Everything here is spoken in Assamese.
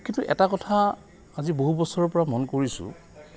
তো এটা কথা আজি বহু বছৰৰপৰা মন কৰিছোঁ